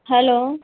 hello